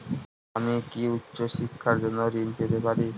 আমি কি উচ্চ শিক্ষার জন্য ঋণ পেতে পারি?